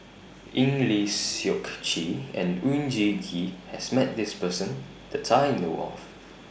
Eng Lee Seok Chee and Oon Jin Gee has Met This Person that I know of